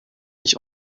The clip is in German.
nicht